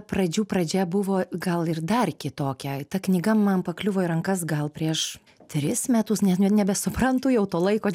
pradžių pradžia buvo gal ir dar kitokia ta knyga man pakliuvo į rankas gal prieš tris metus net nebesuprantu jau to laiko